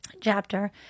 chapter